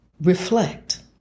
reflect